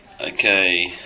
Okay